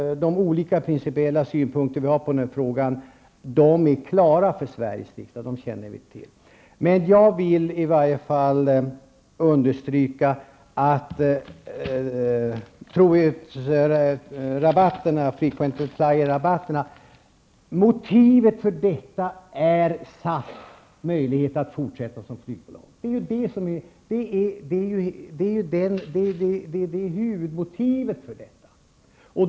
De olika principiella synpunkter vi har på den här frågan står klara för Sveriges riksdag, dem känner vi till. Jag vill i varje fall understryka att motivet för trohetsrabatterna, frequent flyers-rabatterna, är SAS möjlighet att fortsätta som flygbolag. Det är huvudmotivet för detta.